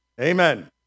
amen